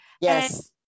Yes